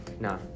No